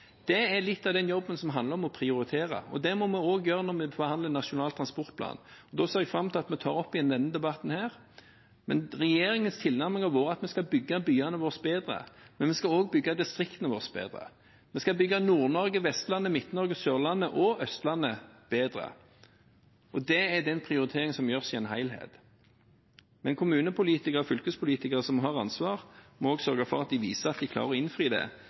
det andre ting som da kom opp? Det er litt av den jobben som handler om å prioritere, og det må vi også gjøre når vi forhandler Nasjonal transportplan. Da ser vi fram til at vi tar opp igjen denne debatten. Regjeringens tilnærming har vært at vi skal bygge byene våre bedre, men vi skal også bygge distriktene våre bedre, vi skal bygge Nord-Norge, Vestlandet, Midt-Norge, Sørlandet og Østlandet bedre, og det er den prioriteringen som gjøres i en helhet. Kommunepolitikere og fylkespolitikere som har ansvar, må også sørge for at de viser at de klarer å innfri det,